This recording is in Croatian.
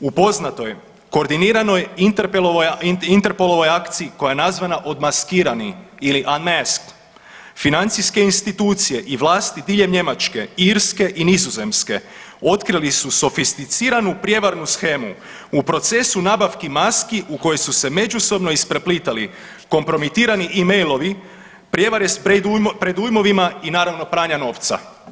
Upoznato je koordiniralo je INTERPOL-ovoj akciji koja je nazvana „Odmaskirani“ ili an maske, financijske institucije i vlasti diljem Njemačke, Irske i Nizozemske otkrili su sofisticiranu prijevarnu shemu u procesu nabavki maski u kojoj su se međusobno ispreplitali kompromitirani emailovi, prijevare s predujmovima i naravno pranja novca.